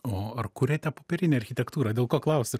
o ar kuriate popierinę architektūrą dėl ko klausiu